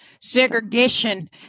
segregation